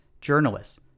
journalists